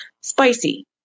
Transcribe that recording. Spicy